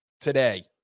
today